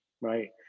right